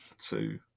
two